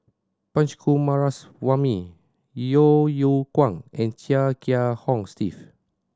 Punch Coomaraswamy Yeo Yeow Kwang and Chia Kiah Hong Steve